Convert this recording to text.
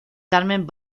carmen